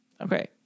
Okay